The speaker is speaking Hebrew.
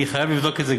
אני חייב לבדוק את זה,